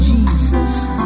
Jesus